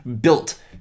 built